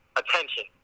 attention